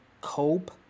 cope